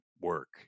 work